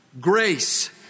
grace